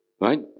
Right